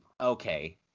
okay